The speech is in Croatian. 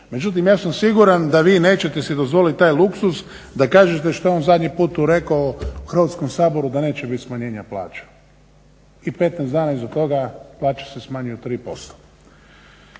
Međutim, ja sam siguran da vi nećete si dozvoliti taj luksuz da kažete što je on zadnji put tu rekao u Hrvatskom saboru da neće biti smanjenja plaća. I 15 dana iza toga plaće se smanjuju 3%.